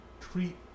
treat